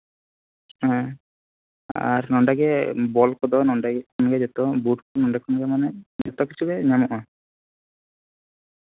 ᱟᱨ ᱱᱚᱰᱮᱜᱮ ᱵᱚᱞ ᱠᱚᱫᱚ ᱱᱚᱰᱮ ᱠᱷᱚᱱ ᱜᱮ ᱵᱩᱴ ᱠᱚ ᱡᱚᱛᱚ ᱠᱤᱪᱷᱩᱜᱮ ᱧᱟᱢᱚᱜᱼᱟ